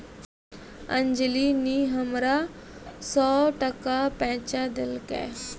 अंजली नी हमरा सौ टका पैंचा देलकै